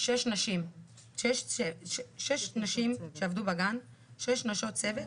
שש נשים שעבדו בגן, שש נשות צוות,